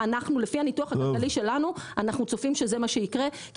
לפי הניתוח הכלכלי שלנו אנחנו צופים שזה מה שיקרה כי